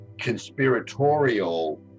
conspiratorial